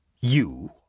You